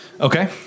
Okay